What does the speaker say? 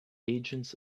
agents